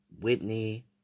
Whitney